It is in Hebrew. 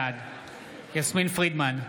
בעד יסמין פרידמן,